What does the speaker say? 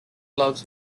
loves